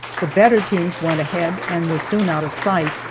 the better teams went ahead and were soon out of sight,